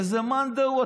איזה מאן דהוא,